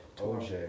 OJ